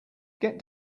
get